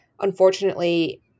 Unfortunately